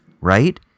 right